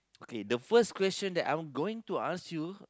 okay the first question that I'm going to ask